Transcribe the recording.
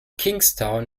kingstown